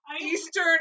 Eastern